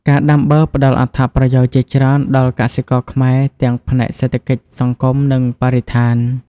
ការដាំបឺរផ្ដល់អត្ថប្រយោជន៍ជាច្រើនដល់កសិករខ្មែរ ទាំងផ្នែកសេដ្ឋកិច្ច សង្គម និងបរិស្ថាន។